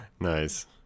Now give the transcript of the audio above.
Nice